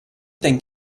thing